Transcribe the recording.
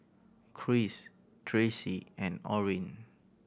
Kris Tracee and Orin